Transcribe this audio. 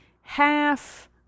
half